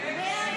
51